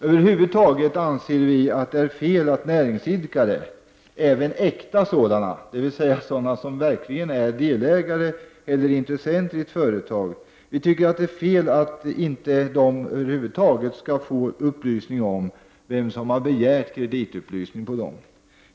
Över huvud taget anser vi att det är fel att näringsidkare, även äkta sådana, dvs. de som verkligen är delägare eller har ekonomiska intressen i företaget, inte skall få upplysning om vem som har begärt kreditupplysning om dem.